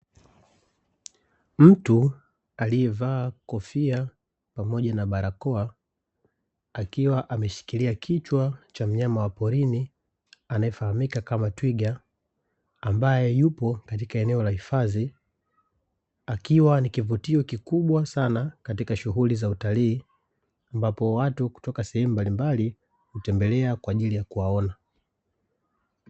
Mtu aliyevaa kofia pamoja na barakoa, akiwa ameshikilia kichwa cha mnyama wa porini anayefahamika kama twiga ambaye yupo katika eneo la hifadhi akiwa ni kivutio kikubwa sana katika shughuli za utalii mbapo watu kutoka sehemu mbalimbali, hutembelea kwa ajili ya kuwaona.